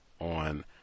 on